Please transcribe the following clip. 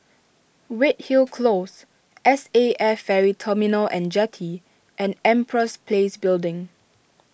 Redhill Close S A F Ferry Terminal and Jetty and Empress Place Building